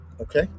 okay